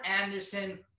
Anderson